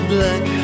Black